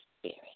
Spirit